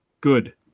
good